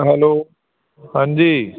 hello ਹਾਂਜੀ